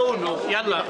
נגד?